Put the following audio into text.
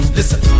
Listen